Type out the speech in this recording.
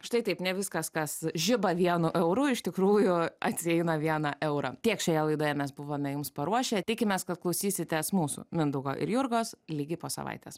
štai taip ne viskas kas žiba vienu euru iš tikrųjų atsieina vieną eurą tiek šioje laidoje mes buvome jums paruošę tikimės kad klausysitės mūsų mindaugo ir jurgos lygiai po savaitės